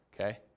Okay